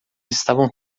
estavam